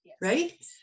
right